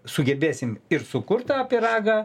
sugebėsim ir sukurt tą pyragą